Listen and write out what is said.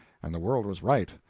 and the world was right,